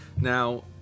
Now